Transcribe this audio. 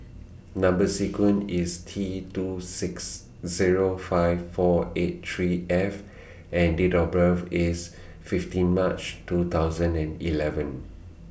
Number sequence IS T two six Zero five four eight three F and Date of birth IS fifteen March two thousand and eleven